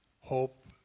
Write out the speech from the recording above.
hope